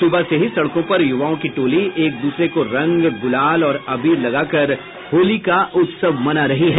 सुबह से ही सड़कों पर युवाओं की टोली एक दूसरे को रंग गुलाल और अबीर लगाकर होली का उत्सव मना रही है